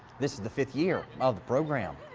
this is the fifth year of the program.